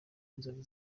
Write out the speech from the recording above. inzozi